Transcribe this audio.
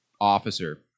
officer